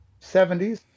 70s